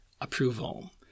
approval